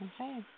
Okay